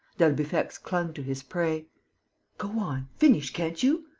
d'albufex clung to his prey go on. finish, can't you.